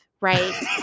right